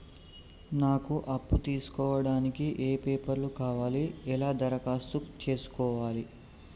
నాకు అప్పు తీసుకోవడానికి ఏ పేపర్లు కావాలి ఎలా దరఖాస్తు చేసుకోవాలి?